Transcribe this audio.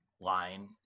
line